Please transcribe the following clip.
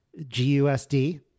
GUSD